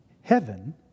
heaven